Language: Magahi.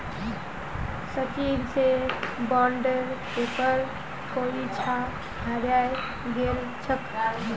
सचिन स बॉन्डेर पेपर कोई छा हरई गेल छेक